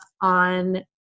on